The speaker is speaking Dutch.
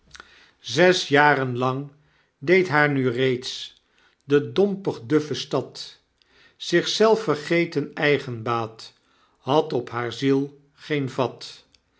zes jaren lang deed haar nu reeds de dompig duffe stad zich zelf vergeten eigenbaat had op haar ziel geen vat